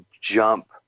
jump